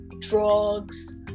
drugs